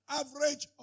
average